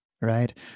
right